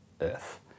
earth